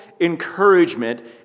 encouragement